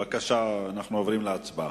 בבקשה, אנחנו עוברים להצבעה.